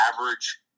average